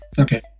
Okay